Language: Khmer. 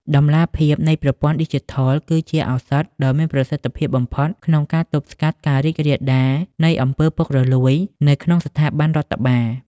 តម្លាភាពនៃប្រព័ន្ធឌីជីថល គឺជាឱសថដ៏មានប្រសិទ្ធភាពបំផុតក្នុងការទប់ស្កាត់ការរីករាលដាលនៃ អំពើពុករលួយ នៅក្នុងស្ថាប័នរដ្ឋបាល។